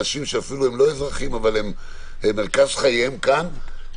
אנשים שהם לא אזרחים אבל מרכז חייהם כאן,